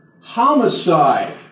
homicide